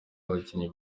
abakinnyi